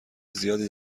زیادی